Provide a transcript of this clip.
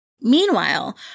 Meanwhile